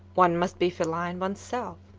one must be feline one's self.